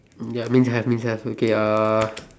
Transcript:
ya means have means have okay uh